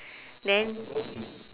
then